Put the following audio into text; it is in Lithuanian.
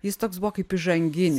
jis toks buvo kaip įžangini